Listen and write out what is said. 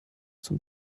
zum